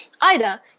Ida